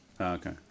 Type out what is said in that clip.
Okay